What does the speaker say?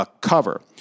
Cover